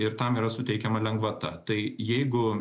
ir tam yra suteikiama lengvata tai jeigu